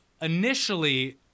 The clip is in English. initially